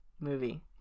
movie